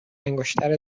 انگشتر